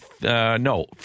no